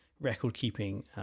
record-keeping